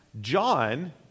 John